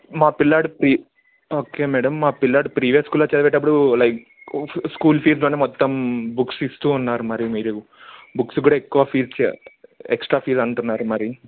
మా పిల్లాడు ప్ర ఓకే మేడం మా పిల్లాడు ప్రీవియస్ స్కూల్లో చదివేటప్పుడు లైక్ స్కూల్ ఫీజులోనే మొత్తం బుక్స్ ఇస్తూ ఉన్నారు మరి మీరు బుక్స్ కూడా ఎక్కువ ఫీజ ఎక్స్ట్రా ఫీజ అంటున్నారు మరి